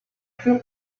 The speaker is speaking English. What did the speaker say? feel